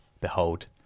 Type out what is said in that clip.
behold